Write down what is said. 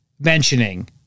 mentioning